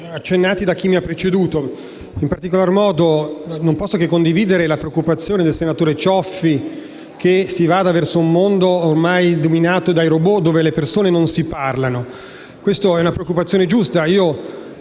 accennati da chi mi ha preceduto. In particolare, non posso che condividere la preoccupazione del senatore Cioffi che si vada verso un mondo ormai dominato dai *robot*, dove le persone non si parlano. È una preoccupazione giusta.